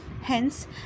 Hence